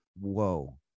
whoa